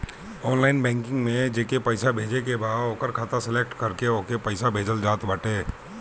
online banking में जेके पईसा भेजे के बा ओकर खाता सलेक्ट करके ओके पईसा भेजल जात बाटे